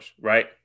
right